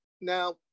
Now